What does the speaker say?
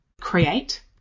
create